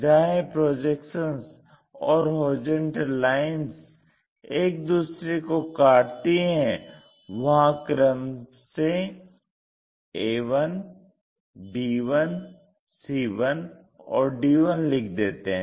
जहाँ यह प्रोजेक्शन्स और हॉरिजॉन्टल लाइन्स एक दूसरे को काटती हैं वहां क्रम से a1 b1 c1 और d1 लिख देते हैं